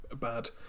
bad